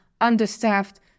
understaffed